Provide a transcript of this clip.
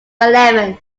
eleven